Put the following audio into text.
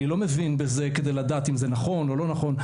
אני לא מבין בזה כדי לדעת אם זה נכון או לא נכון.